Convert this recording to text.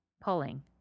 Pulling